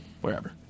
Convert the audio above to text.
Wherever